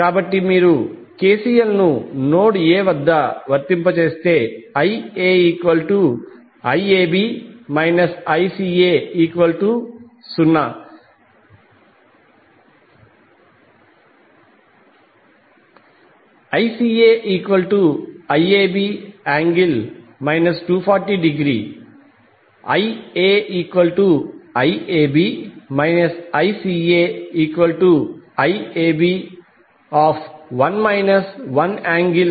కాబట్టి ఇప్పుడు మీరు KCL ను నోడ్ A వద్ద వర్తింపజేస్తే IaIAB ICA0 ICAIAB∠ 240° IaIAB ICAIAB1 1∠ 240° IAB10